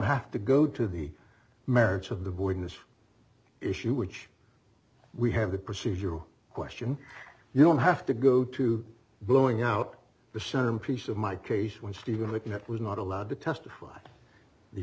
have to go to the merits of the board in this issue which we have the procedural question you don't have to go to blowing out the sermon piece of my case when stephen looking at was not allowed to testify